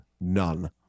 none